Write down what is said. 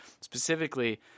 specifically